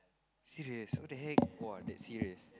serious what the heck !wow! that's serious